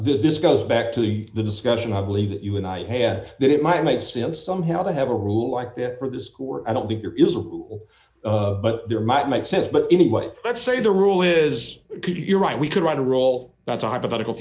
this goes back to the the discussion i believe that you and i had that it might make sense somehow to have a rule like that for this court i don't think there is a rule but there might make sense but anyway let's say the rule is that you're right we could write a roll that's a hypothetical